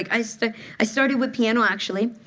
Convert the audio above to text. like i so i started with piano actually.